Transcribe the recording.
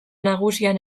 nagusian